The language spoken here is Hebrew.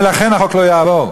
ולכן החוק לא יעבור,